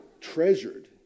treasured